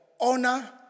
honor